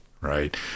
Right